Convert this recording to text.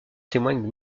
témoignent